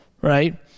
right